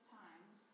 times